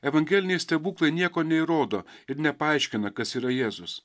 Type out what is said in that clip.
evangeliniai stebuklai nieko neįrodo ir nepaaiškina kas yra jėzus